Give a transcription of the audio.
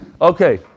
Okay